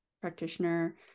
practitioner